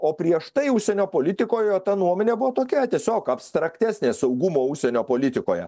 o prieš tai užsienio politikoj jo ta nuomonė buvo tokia tiesiog abstraktesnė saugumo užsienio politikoje